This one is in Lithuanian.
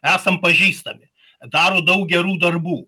esam pažįstami daro daug gerų darbų